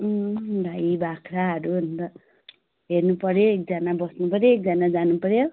गाई बाख्राहरू अन्त हेर्नुपर्यो एकजना बस्नुपर्यो एकजना जानुपर्यो